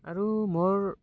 আৰু মোৰ